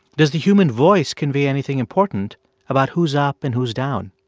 does the human voice convey anything important about who's up and who's down?